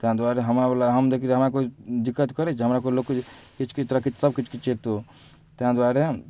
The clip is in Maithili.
ताहि दुआरे हमरा बला हम देखही हमरा केओ दिक्कत करैत छै हमरा केओ लोक किछु किछु किछु तोरा सब किछु किछु छै ताहि दुआरे